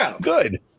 Good